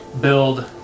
build